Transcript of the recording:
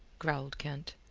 growled kent.